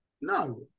no